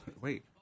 wait